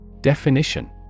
Definition